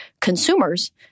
consumers